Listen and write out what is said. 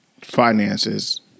finances